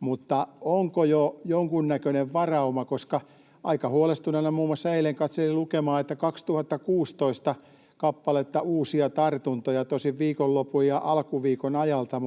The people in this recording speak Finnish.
mutta onko jo jonkunnäköinen varauma? Koska aika huolestuneena muun muassa eilen katselin lukemaa, että 2 016 kappaletta uusia tartuntoja, tosin viikonlopun ja alkuviikon ajalta.